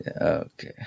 Okay